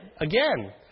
again